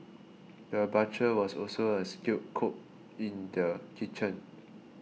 the butcher was also a skilled cook in the kitchen